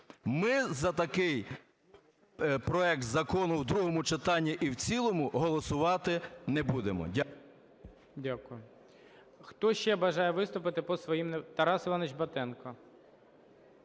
Ми за такий проект закону в другому читанні і в цілому голосувати не будемо. Дякую.